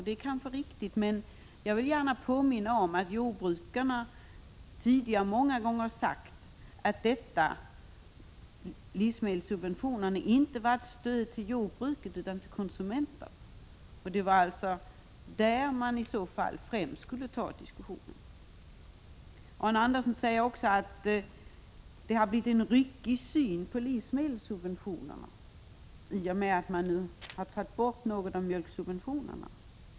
Det är kanske riktigt, men jag vill gärna påminna om att jordbrukarna tidigare många gånger har sagt att livsmedelssubventionerna inte varit ett stöd till jordbruket utan till konsumenterna. Det var alltså där man främst skulle ta diskussionen. Arne Andersson säger också att det har blivit en ryckighet när det gäller inställningen till livsmedelssubventionerna i och med att man nu i någon mån har slopat mjölksubventionerna.